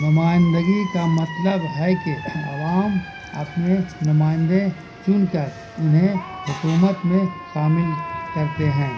نمائندگی کا مطلب ہے کہ عوام اپنے نمائندے چن کر انہیں حکومت میں شامل کرتے ہیں